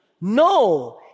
No